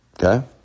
Okay